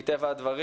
מטבע הדברים.